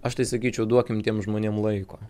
aš tai sakyčiau duokim tiem žmonėm laiko